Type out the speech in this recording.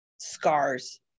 scars